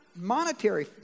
monetary